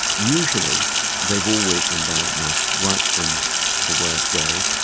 usually they've always been bad at maths right from the word go.